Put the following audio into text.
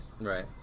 right